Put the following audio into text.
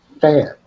fans